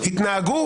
אני מדבר כרגע.